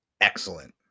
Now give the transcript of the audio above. excellent